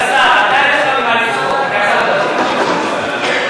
אני אבקש מהשר לוי לעלות להציג את ההצעה.